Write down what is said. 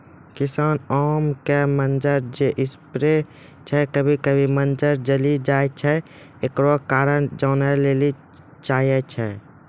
किसान आम के मंजर जे स्प्रे छैय कभी कभी मंजर जली जाय छैय, एकरो कारण जाने ली चाहेय छैय?